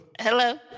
Hello